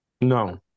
No